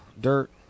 dirt